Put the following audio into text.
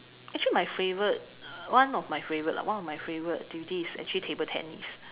actually my favorite one of my favorite lah one of my favorite activity is actually table tennis